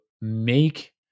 make